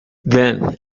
then